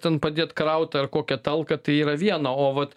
ten padėt kraut ar kokią talką tai yra viena o vat